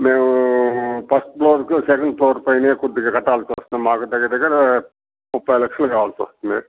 మేము ఫస్ట్ ఫ్లోర్కి second floor పైన కొద్దిగా కట్టాల్సి వస్తుంది మాకు దగ్గర దగ్గర ముప్పై లక్షలు కావాల్సి వస్తుంది